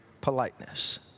politeness